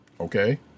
Okay